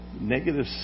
negative